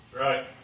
Right